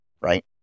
Right